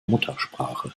muttersprache